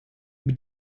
mit